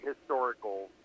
historical